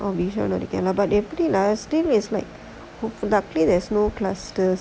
oh bishan okay lah but எப்படி:eppadi everything ah still ah